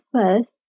first